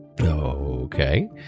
Okay